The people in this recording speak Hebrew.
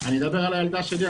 אני מדבר על הילדה שלי,